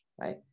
right